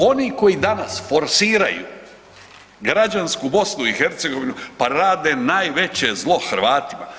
Oni koji danas forsiraju građansku BiH pa rade najveće zlo Hrvatima.